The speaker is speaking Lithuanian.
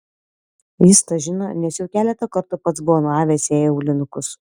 jis tą žino nes jau keletą kartų pats buvo nuavęs jai aulinukus